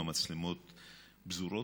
המצלמות פזורות,